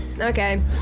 okay